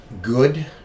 good